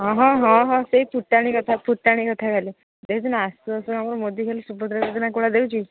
ହଁ ହଁ ହଁ ହଁ ସେଇ ଫୁଟାଣି କଥା ଫୁଟାଣି କଥା ଖାଲି ଦେଇଦିନା ଆସୁ ଆସୁ ଆମର ମୋଦି ଖାଲି ସୁଭଦ୍ରା ଦିନା ଗୁଡ଼ା ଦେଉଛି